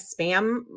spam